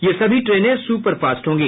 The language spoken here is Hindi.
ये सभी ट्रेनें सुपरफास्ट होंगी